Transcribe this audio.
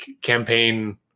campaign